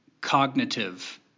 cognitive